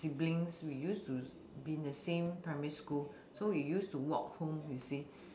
siblings we used to be in the same primary school so we used to walk home you see